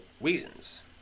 reasons